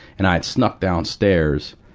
and i'd snuck downstairs,